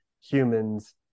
humans